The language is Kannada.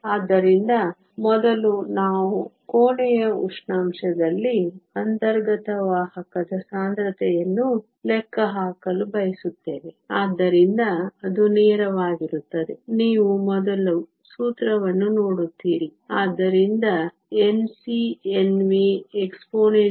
ಆದ್ದರಿಂದ ಮೊದಲು ನಾವು ಕೋಣೆಯ ಉಷ್ಣಾಂಶದಲ್ಲಿ ಅಂತರ್ಗತ ವಾಹಕದ ಸಾಂದ್ರತೆಯನ್ನು ಲೆಕ್ಕ ಹಾಕಲು ಬಯಸುತ್ತೇವೆ ಆದ್ದರಿಂದ ಅದು ನೇರವಾಗಿರುತ್ತದೆ ನೀವು ಮೊದಲು ಸೂತ್ರವನ್ನು ನೋಡುತ್ತೀರಿ ಆದ್ದರಿಂದ Nc Nv exp Eg2kT